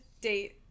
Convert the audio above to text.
date